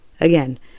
again